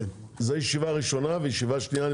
זוהי ישיבה ראשונה ובישיבה השנייה אני